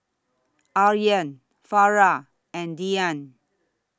Aryan Farah and Dian